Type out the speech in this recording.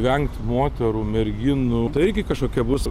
vengt moterų merginų tai irgi kažkokia bus